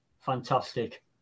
fantastic